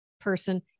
person